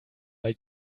bei